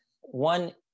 one